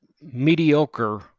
mediocre